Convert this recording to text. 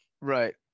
right